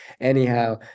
Anyhow